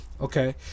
Okay